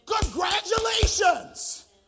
Congratulations